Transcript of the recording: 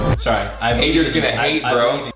sorry haters gonna hate bro. that's